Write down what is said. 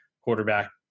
quarterback